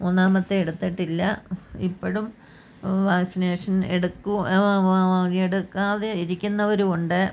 മൂന്നാമത്തെ എടുത്തിട്ടില്ല ഇപ്പോഴും വാക്സിനേഷൻ എടുക്കും എടുക്കാതെ ഇരിക്കുന്നവരും ഉണ്ട്